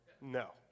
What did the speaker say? No